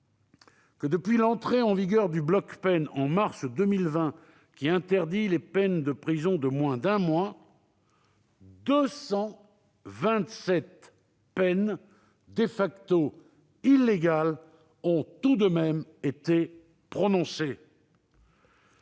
que, depuis l'entrée en vigueur du « bloc peine », au mois de mars 2020, qui interdit les peines de prison de moins d'un mois, 227 peines illégales ont tout de même été prononcées.